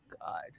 god